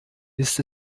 ist